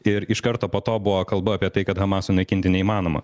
ir iš karto po to buvo kalba apie tai kad hamas sunaikinti neįmanoma